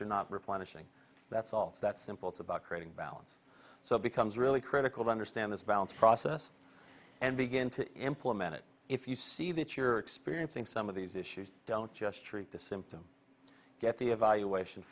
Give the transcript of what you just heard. replenishing that's all that simple it's about creating balance so it becomes really critical to understand this balance process and begin to implement it if you see that you're experiencing some of these issues don't just treat the symptom get the evaluation